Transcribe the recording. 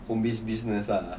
home based business ah